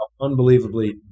unbelievably